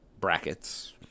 brackets